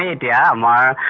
ah da um la